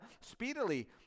speedily